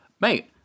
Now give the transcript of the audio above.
mate